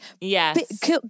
yes